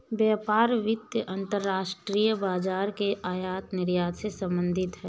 व्यापार वित्त अंतर्राष्ट्रीय बाजार के आयात निर्यात से संबधित है